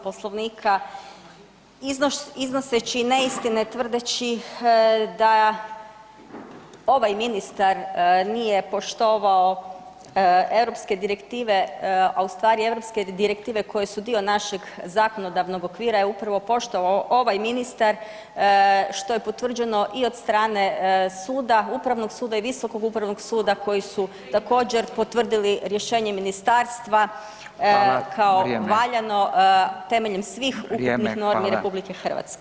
Poslovnika iznoseći neistine tvrdeći da ovaj ministar nije poštovao europske direktive, a ustvari europske direktive koje su dio našeg zakonodavnog okvira je upravo poštovao ovaj ministar, što je potvrđeno i od strane suda, Upravnog suda i Visokog upravnog suda koji su također, potvrdili rješenje Ministarstva kao [[Upadica: Hvala, vrijeme.]] valjano temeljem svih [[Upadica: Vrijeme, hvala.]] ukupnih normi RH.